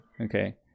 Okay